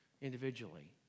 individually